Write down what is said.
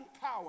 power